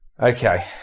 Okay